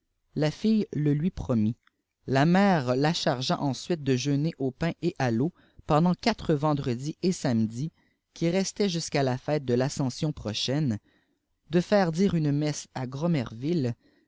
la fille le lui promit la mère la chargea ensuite déjeuner au pain et à l'eau endant quatre vendredis et samedis qui restaient jusqu'à la fête de ascension prochaine de faire dire une messe à